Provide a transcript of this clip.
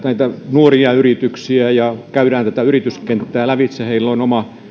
nuoria yrityksiä ja käydään tätä yrityskenttää läpi heillä on oma